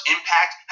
Impact